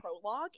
prologue